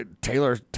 Taylor